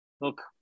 Look